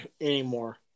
Anymore